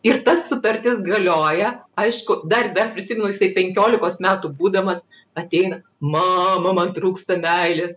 ir ta sutartis galioja aišku dar dar prisimenu jisai penkiolikos metų būdamas ateina mama man trūksta meilės